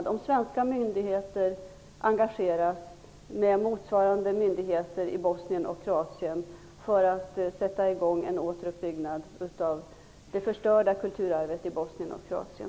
Engagerar sig svenska myndigheter tillsammans med motsvarande myndigheter i Bosnien och Kroatien för att sätta i gång en återuppbyggand av det förstörda kulturarvet i Bosnien och Kroatien?